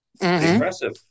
impressive